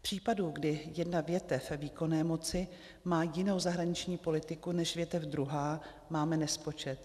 Případů, kdy jedna větev výkonné moci má jinou zahraniční politiku než větev druhá, máme nespočet.